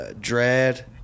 Dread